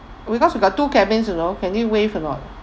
because we got two cabins you know can you waive or not